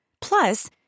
Plus